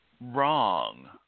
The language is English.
Wrong